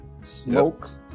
Smoke